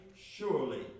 surely